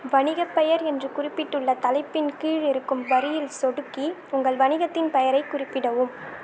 வணிகப் பெயர் என்று குறிப்பிட்டுள்ள தலைப்பின் கீழ் இருக்கும் வரியில் சொடுக்கி உங்கள் வணிகத்தின் பெயரை குறிப்பிடவும்